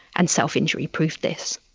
and self-injury proved this.